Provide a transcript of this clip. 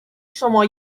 شما